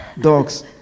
dogs